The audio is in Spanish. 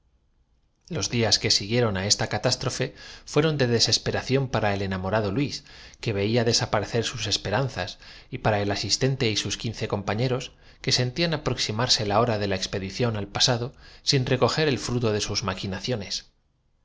los días que siguieron á esta catástrofe fueron de el ataque le abrimos minaz y contraminaz cabayedesesperación para el enamorado luís que veía des roz al albañal aparecer sus esperanzas y para el asistente y sus un entusiasta viva acogió la idea del cordobés indu quince compañeros que sentían aproximarse la hora dablemente la alcantarilla era la última trinchera del de la expedición al pasado sin recoger el fruto de sus